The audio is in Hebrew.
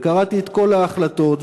וקראתי את כל ההחלטות,